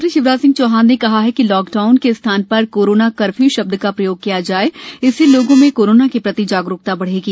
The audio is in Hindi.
मुख्यमंत्री शिवराज सिंह चौहान ने कहा है कि लॉकडाउन के स्थान पर कोरोना कर्फ्यू शब्द का प्रयोग किया जाए इससे लोगों में कोरोना के प्रति जागरूकता बढ़ेगी